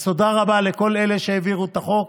אז תודה רבה לכל אלה שהעבירו את החוק,